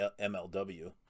MLW